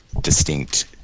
distinct